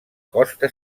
costa